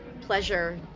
pleasure